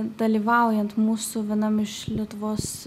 dalyvaujant mūsų vienam iš lietuvos